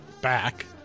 Back